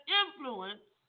influence